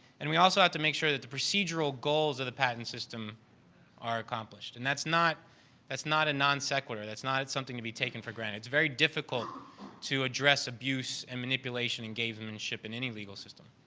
and we also had to make sure that the procedural goals of the patent system are accomplished. and that's not that's not a non sequitur. that's not something to be taken for granted. it's very difficult to address abuse and manipulation in gamesmanship in any legal system.